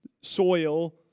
soil